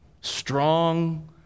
strong